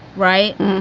right.